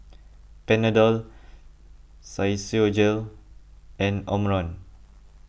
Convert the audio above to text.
Panadol Physiogel and Omron